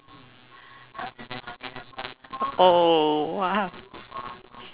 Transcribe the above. oh